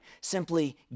simply